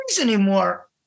anymore